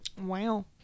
wow